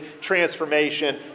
transformation